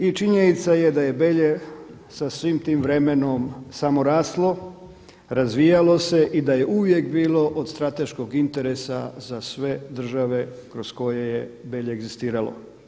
I činjenica je da je Belje sa svim tim vremenom samo raslo, razvijalo se i da je uvijek bilo od strateškog interesa za sve države kroz koje je Belje egzistiralo.